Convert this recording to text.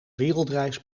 wereldreis